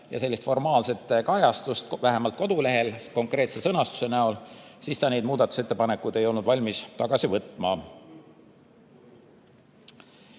ja selle formaalset kajastust vähemalt kodulehel konkreetses sõnastuses, ei ole ta neid muudatusettepanekuid valmis tagasi võtma.